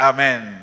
Amen